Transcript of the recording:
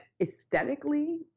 aesthetically